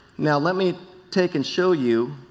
now, let me take and show you